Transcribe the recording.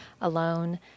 alone